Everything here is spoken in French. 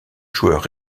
joueur